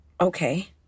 Okay